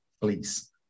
please